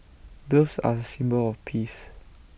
doves are A symbol of peace